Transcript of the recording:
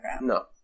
No